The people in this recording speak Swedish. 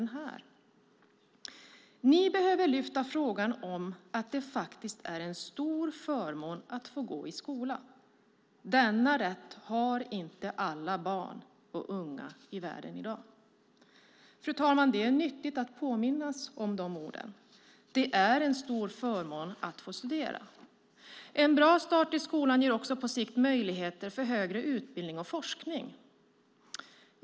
Han sade: Ni behöver lyfta upp frågan om att det faktiskt är en stor förmån att få gå i skola. Denna rätt har inte alla barn och unga i världen i dag. Fru talman! Det är nyttigt att påminnas om dessa ord. Det är en stor förmån att få studera. En bra start i skolan ger också på sikt möjligheter för högre utbildning och forskning.